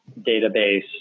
database